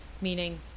meaning